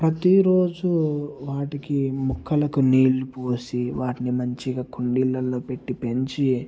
ప్రతిరోజు వాటికి మొక్కలకు నీళ్లు పోసి వాటిని మంచిగా కుండీలలో పెట్టి పెంచి